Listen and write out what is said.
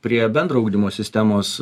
prie bendro ugdymo sistemos